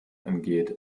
angeht